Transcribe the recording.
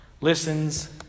listens